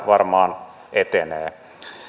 varmaan etenee